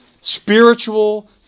spiritual